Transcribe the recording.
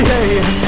Hey